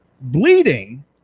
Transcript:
bleeding